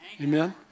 amen